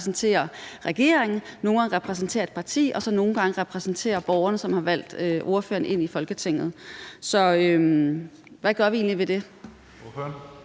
som er i regeringen, og som også repræsenterer et parti, hvor borgerne har valgt ordføreren ind i Folketinget. Så hvad gør vi egentlig ved det?